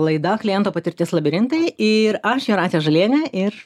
laida kliento patirties labirintai ir aš jūratė žalienė ir